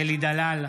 אלי דלל,